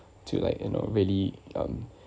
to like you know really um